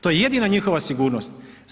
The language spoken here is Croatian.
To je jedina njihova sigurnost.